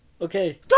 Okay